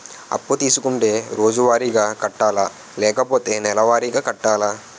అప్పు తీసుకుంటే రోజువారిగా కట్టాలా? లేకపోతే నెలవారీగా కట్టాలా?